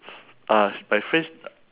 uh my friend's